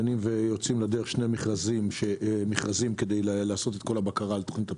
יוצאים לדרך שני מכרזים כדי לעשות את כל הבקרה על תוכנית הפיתוח,